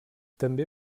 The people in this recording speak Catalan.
també